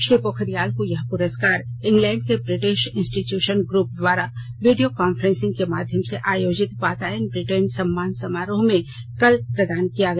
श्री पोखरियाल को यह पुरस्कार इग्लैंड में ब्रिटिश इंस्टीट्यूशन ग्रप द्वारा वीडियो कॉन्फ्रॅसिंग के माध्यम से आयोजित वातायन ब्रिटेन सम्मान समारोह में कल प्रदान किया गया